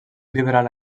liberal